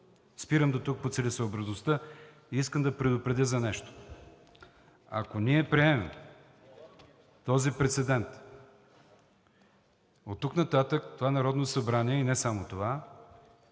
Спирам дотук по целесъобразността. Искам да предупредя за нещо. Ако ние приемем този прецедент, оттук нататък това Народно събрание – и не само това,